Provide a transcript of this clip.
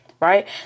Right